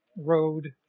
road